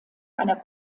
einer